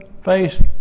face